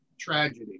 tragedy